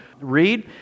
read